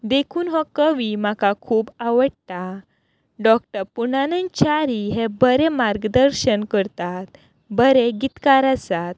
देखून हो कवी म्हाका खूब आवडटा डॉक्टर पुर्णानंद च्यारी हे बरें मार्गदर्शन करतात बरे गितकार आसात